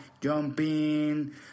jumping